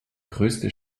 größte